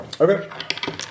Okay